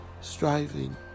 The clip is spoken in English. striving